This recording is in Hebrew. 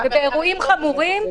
באירועים חמורים,